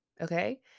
Okay